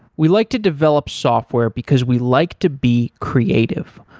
we like to develop software, because we like to be creative.